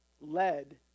led